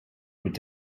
mit